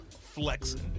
flexing